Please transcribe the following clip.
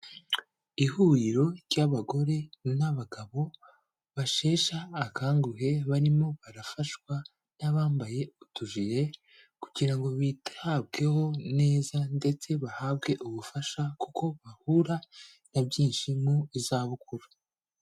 Ihuriro ry'abagore n'abagabo basheshe akanguhe barimo barafashwa n'abambaye utujire kugira ngo bitabweho neza ndetse bahabwe ubufasha kuko bahura na byinshi mu izabukuru.